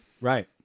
Right